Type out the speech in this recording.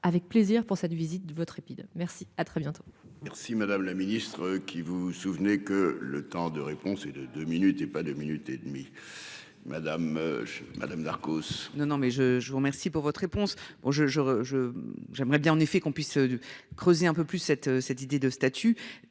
avec plaisir pour cette visite de votre épisode. Merci à très bientôt. Merci madame la ministre, qui, vous vous souvenez que le temps de réponse et de deux minutes et pas 2 minutes et demie. Madame. Madame Darcos. Non non mais je, je vous remercie pour votre réponse. Bon je je je j'aimerais bien en effet qu'on puisse. Creuser un peu plus cette, cette idée de statut.